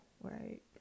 right